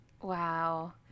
Wow